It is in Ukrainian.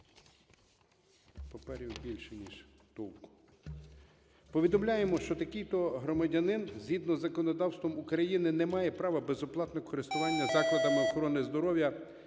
Паперів більше, ніж толку. "Повідомляємо, що такий-то громадянин згідно законодавства України не має права безоплатного користування закладами охорони здоров'я